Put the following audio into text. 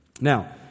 Now